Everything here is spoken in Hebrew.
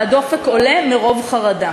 והדופק עולה מרוב חרדה.